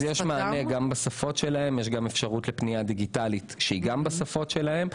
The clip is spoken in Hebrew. יש להם מענה בשפות שלהם ויש גם אפשרות לפנייה דיגיטלית בשפות שלהם.